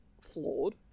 flawed